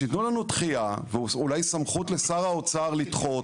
שיתנו לנו דחייה, ואולי סמכות לשר האוצר לדחות.